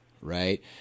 right